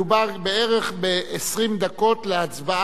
אם כולם ישתמשו בכל הזמן הנתון לרשותם.